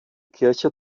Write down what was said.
kirche